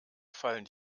fallen